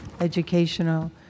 educational